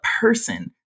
person